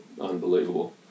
unbelievable